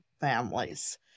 Families